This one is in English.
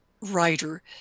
writer